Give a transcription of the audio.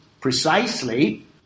precisely